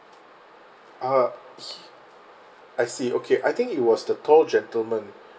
uh he I see okay I think it was the tall gentleman